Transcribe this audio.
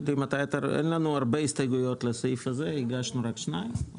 אין לנו הרבה הסתייגויות לסעיף הזה הגשנו רק שתיים.